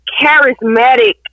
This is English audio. charismatic